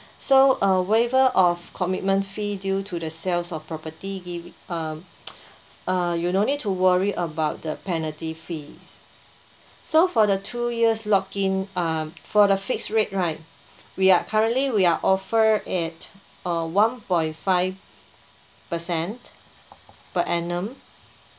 so uh waiver of commitment fee due to the sales of property give it uh uh you no need to worry about the penalty fees so for the two years lock in uh for the fixed rate right we are currently we are offer at uh one point five percent per annum